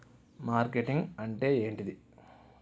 Marketing అంటే ఏంటిది?